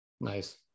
Nice